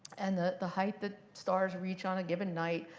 and the the height that stars reach on a given night,